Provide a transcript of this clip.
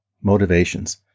motivations